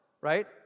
Right